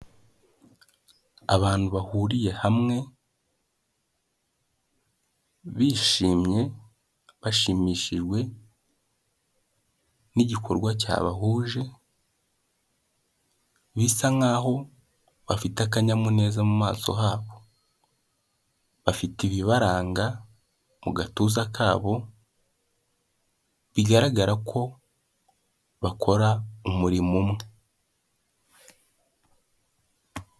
Abantu bahuriye hamwe bishimye, bashimishijwe n'igikorwa cyabahuje, bisa nkaho bafite akanyamuneza mu maso habo, bafite ibibaranga mu gatuza kabo bigaragara ko bakora umurimo umwe.